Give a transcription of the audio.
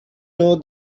know